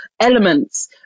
elements